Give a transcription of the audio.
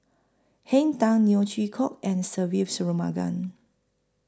Henn Tan Neo Chwee Kok and Se Ve Shanmugam